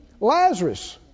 Lazarus